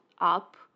up